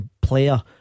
player